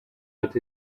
earth